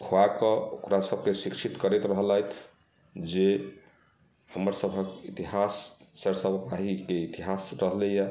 खुआ कऽ ओकरा सबके शिक्षित करैत रहलथि जे हमरसभक इतिहास सरिसोपाहीके इतिहास रहलैया